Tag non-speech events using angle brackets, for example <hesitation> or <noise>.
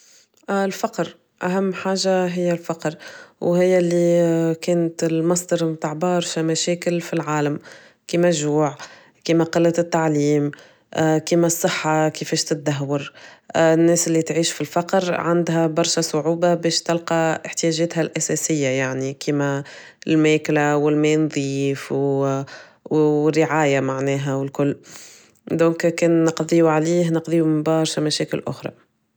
الفقر أهم حاجة هي الفقر، وهي اللي كانت المصدر متاع برشا مشاكل في العالم كيما الجوع كيما قلة التعليم <hesitation> كيما الصحة كيفاش تدهور <hesitation> الناس اللي تعيش في الفقر عندها برشا صعوبة باش تلقى احتياجاتها الاساسية يعني كيما الماكلة والما النظيف ووالرعاية معناها والكل دوكا كان نقضيو عليه نقضيو برشا مشاكل اخرى.